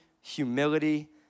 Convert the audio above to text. humility